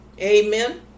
Amen